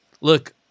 look